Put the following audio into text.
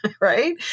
right